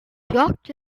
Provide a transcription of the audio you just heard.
shocked